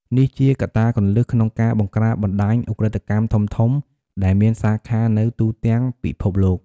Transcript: នេះជាកត្តាគន្លឹះក្នុងការបង្ក្រាបបណ្តាញឧក្រិដ្ឋកម្មធំៗ ដែលមានសាខានៅទូទាំងពិភពលោក។